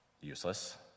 useless